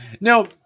Now